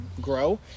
grow